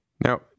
Now